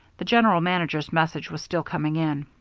the general manager's message was still coming in.